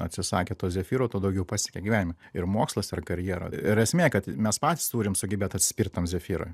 atsisakė to zefyro tuo daugiau pasiekė gyvenime ir mokslas ir karjera ir esmė kad mes patys turim sugebėt atsispirt tam zefyrui